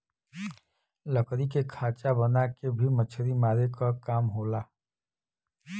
लकड़ी के खांचा बना के भी मछरी मारे क काम होला